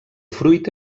fruit